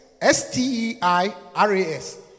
S-T-E-I-R-A-S